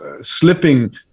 slipping